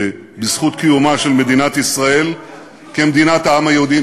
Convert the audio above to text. בזכות קיומה של מדינת ישראל כמדינת העם היהודי.